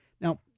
Now